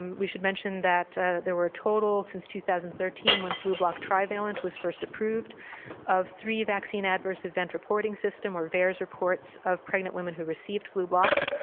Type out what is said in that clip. um we should mention that there were a total since two thousand and thirteen when flublok trivalent was first approved of three vaccine adverse event reporting system or vaers repports of pregnant women who received flublok.